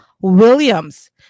Williams